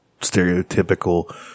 stereotypical